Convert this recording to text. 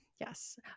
yes